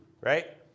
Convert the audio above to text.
right